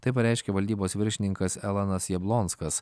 tai pareiškė valdybos viršininkas elanas jablonskas